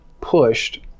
pushed